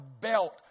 belt